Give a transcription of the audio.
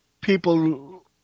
people